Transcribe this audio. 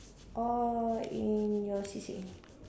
orh in your C_C_A